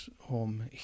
home